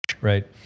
Right